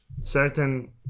certain